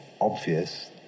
obvious